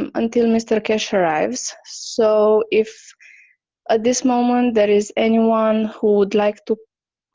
um until mr keshe arrives. so, if at this moment there is anyone who would like to